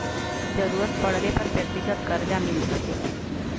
जरूरत पड़ले पर व्यक्तिगत करजा मिल सके